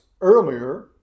earlier